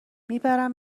میبرم